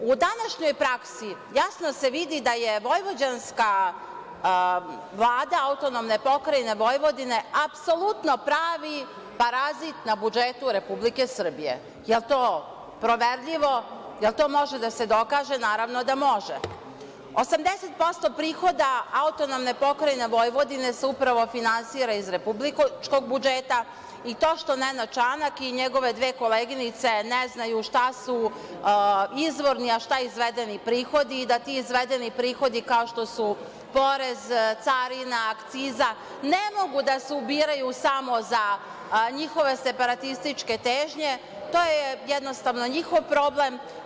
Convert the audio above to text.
U današnjoj praksi jasno se vidi da je vojvođanska vlada AP Vojvodine apsolutno pravi parazit na budžetu Republike Srbije, jel to proverljivo, jel to može da se dokaže, naravno da može, 80% prihoda AP Vojvodine se upravo finansira iz republičkog budžeta i to što Nenad Čanak i njegove dve koleginice ne znaju šta su izvorni a šta izvedeni prihodi, kao što su porez, carina, akciza, ne mogu da se ubiraju samo za njihove separatističke težnje, to je jednostavno njihov problem.